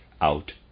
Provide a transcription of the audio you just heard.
out